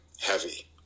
heavy